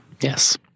Yes